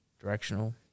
directional